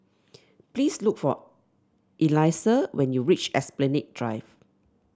please look for Elyssa when you reach Esplanade Drive